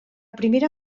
primera